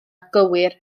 gywir